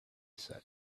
said